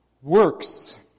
Works